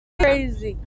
crazy